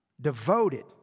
devoted